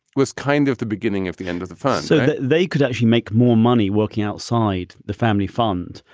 was kind of the beginning of the end of the fund so they could actually make more money working outside the family fund,